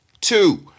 two